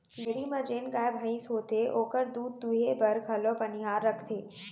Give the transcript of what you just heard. dairy म जेन गाय भईंस होथे ओकर दूद दुहे बर घलौ बनिहार रखथें